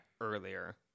earlier